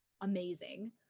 amazing